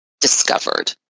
discovered